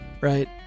right